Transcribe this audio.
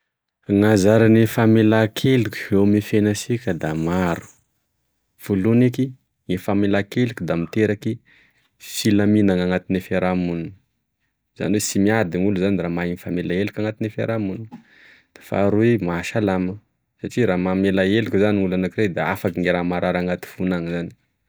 Gn'azaragne famelankeloky eo ame fiainasika da maro voloany eky e famelankeloky da miteraky filaminana anatigne fiaramonina zany oe sy miady gn'olo zany ra mahay mifamela eloka anatigne fiaramonina da faharoy mahasalama satria ra mamela eloky zany gne olo anakiray da afaky ny raha marary anaty fogn'any zany